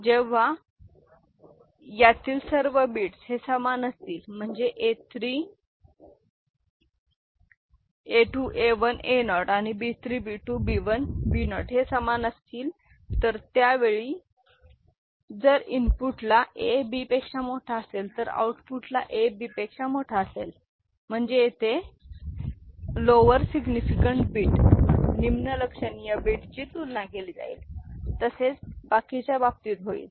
आता जेव्हा यातील सर्व बिट्स हे समान असतील म्हणजे A 3 B A 2 A 1 A0 आणि B 3 B 2 B 1 B 0 हे समान असतील तर त्या वेळी जर इनपुट ला A B पेक्षा मोठा असेल तर आऊटपुटला A B पेक्षा मोठा असेल म्हणजे येथे लॉवर सिग्निफिकँट बीट तुलना केली जाईल तसेच बाकीच्या बाबतीत होईल